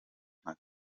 nka